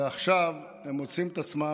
ועכשיו הם מוצאים את עצמם,